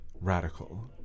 radical